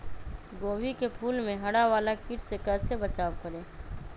गोभी के फूल मे हरा वाला कीट से कैसे बचाब करें?